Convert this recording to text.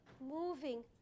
moving